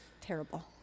terrible